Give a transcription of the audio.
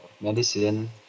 medicine